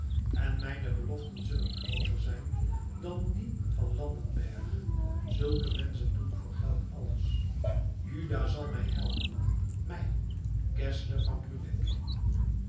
en mijne beloften zullen grooter zijn dan die van landenberg zulke menschen doen voor geld alles juda zal mij helpen mij geszler van bruneck